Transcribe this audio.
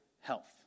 health